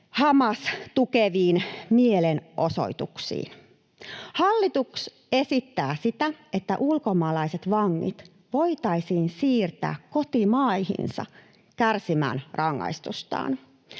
tukeviin mielenosoituksiin. Hallitus esittää sitä, että ulkomaalaiset vangit voitaisiin siirtää kotimaihinsa kärsimään rangaistustaan.